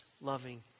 loving